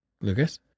Lucas